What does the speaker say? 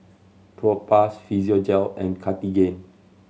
Propass Physiogel and Cartigain